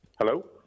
Hello